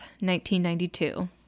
1992